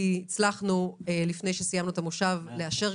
כי הצלחנו לפני שסיימנו את המושב לאשר